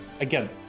Again